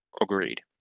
Agreed